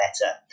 better